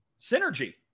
synergy